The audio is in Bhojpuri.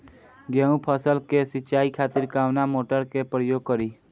गेहूं फसल के सिंचाई खातिर कवना मोटर के प्रयोग करी?